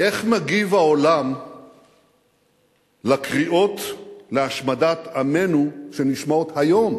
איך מגיב העולם לקריאות להשמדת עמנו שנשמעות היום,